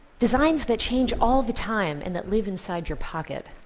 designs that change all the time and that live inside your pocket.